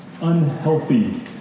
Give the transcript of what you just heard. unhealthy